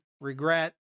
regret